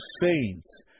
saints